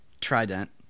trident